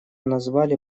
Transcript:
назвали